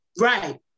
right